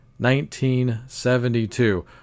1972